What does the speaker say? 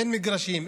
אין מגרשים,